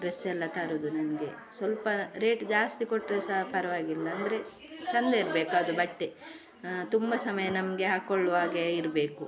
dress ಎಲ್ಲ ತರೋದು ನನಗೆ ಸ್ವಲ್ಪ ರೇಟ್ ಜಾಸ್ತಿ ಕೊಟ್ಟರೆ ಸಹ ಪರವಾಗಿಲ್ಲ ಅಂದರೆ ಚೆಂದ ಇರಬೇಕು ಅದು ಬಟ್ಟೆ ತುಂಬ ಸಮಯ ನಮಗೆ ಹಾಕೊಳ್ಳುವಾಗೆ ಇರಬೇಕು